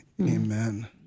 Amen